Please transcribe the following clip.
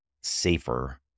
safer